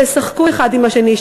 שישחקו האחד עם השני,